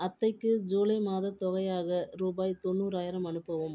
அத்தைக்கு ஜூலை மாதத் தொகையாக ரூபாய் தொண்ணூறாயிரம் அனுப்பவும்